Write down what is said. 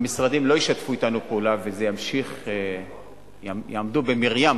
המשרדים לא ישתפו אתנו פעולה וזה יימשך והם יעמדו במריים,